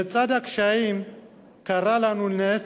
לצד הקשיים קרה לנו נס: